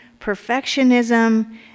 perfectionism